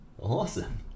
Awesome